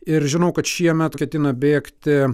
ir žinau kad šiemet ketina bėgti